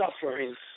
sufferings